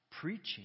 preaching